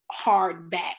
hardback